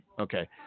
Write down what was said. Okay